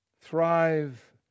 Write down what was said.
thrive